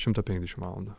šimtą penkiasdešim valandų